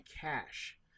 cash